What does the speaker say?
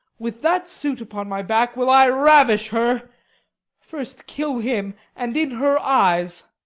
with that suit upon my back will i ravish her first kill him, and in her eyes.